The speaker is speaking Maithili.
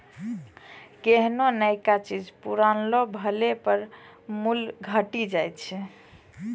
कोन्हो नयका चीज पुरानो भेला पर मूल्य घटी जाय छै